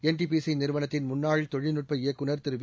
NTPC நிறுவனத்தின் முன்னாள் தொழில்நுட்ப இயக்குநர் திருவி